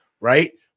right